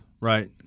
Right